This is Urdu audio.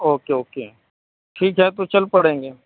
اوکے اوکے ٹھیک ہے تو چل پڑیں گے